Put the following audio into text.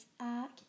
arc